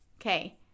Okay